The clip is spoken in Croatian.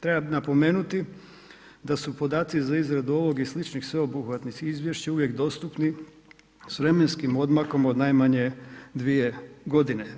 Treba napomenuti da su podaci za izradu ovog i sličnih sveobuhvatnih izvješća uvijek dostupni s vremenskim odmakom od najmanje 2 godine.